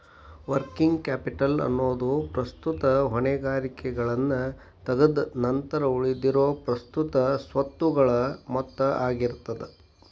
working capital ಎನ್ನೊದು ಪ್ರಸ್ತುತ ಹೊಣೆಗಾರಿಕೆಗಳನ್ನ ತಗದ್ ನಂತರ ಉಳಿದಿರೊ ಪ್ರಸ್ತುತ ಸ್ವತ್ತುಗಳ ಮೊತ್ತ ಆಗಿರ್ತದ